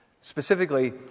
specifically